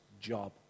job